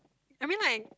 I mean like